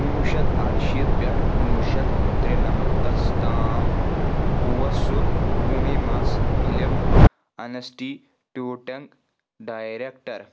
کُنوُہ شیٚتھ ارشیٖتھ پٮ۪ٹھ کُنوُہ شیٚتھ تُرٛنمتس تام اوس سُہ پوٗنے منٛز فِلم انسٹی ٹیوٗٹنگ ڈایریکٹر